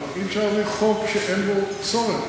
אבל אי-אפשר להעביר חוק שאין בו צורך.